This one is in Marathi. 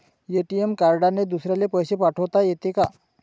ए.टी.एम कार्डने दुसऱ्याले पैसे पाठोता येते का?